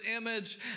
image